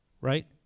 right